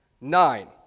nine